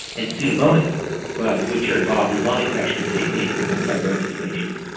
and pseudomonas bugs which are involved in lung infection, particularly in cystic fibrosis patients.